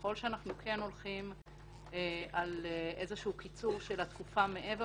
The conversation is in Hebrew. ככל שאנחנו הולכים על קיצור התקופה מעבר